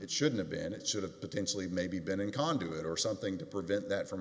it should've been it should have potentially maybe been in conduit or something to prevent that from